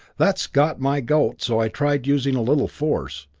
that got my goat, so i tried using a little force.